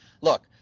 Look